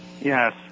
Yes